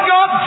God